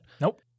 Nope